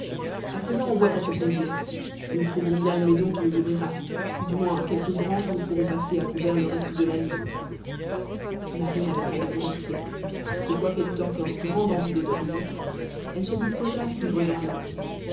a présent on voit à se conduire et nous trouverons bien une maison qui nous ouvrira ou du moins quelque grange où nous pourrons passer à couvert le reste de la nuit marie n'avait pas de volonté et quoiqu'elle eût encore grande envie de dormir elle se disposa à suivre germain